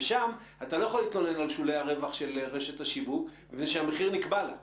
ושם אינך יכול להתלונן על שולי הרווח של רשת השיווק מפני שהמחיר נכבל.